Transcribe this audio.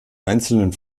einzelnen